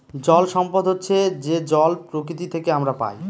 জল সম্পদ হচ্ছে যে জল প্রকৃতি থেকে আমরা পায়